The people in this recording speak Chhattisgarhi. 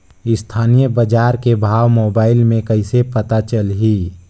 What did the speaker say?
स्थानीय बजार के भाव मोबाइल मे कइसे पता चलही?